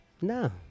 No